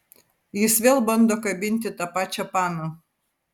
jis vėl bando kabinti tą pačią paną